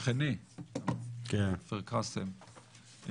שכני מכפר קאסם,